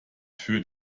für